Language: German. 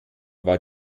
war